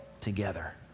together